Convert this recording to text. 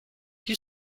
più